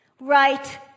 Right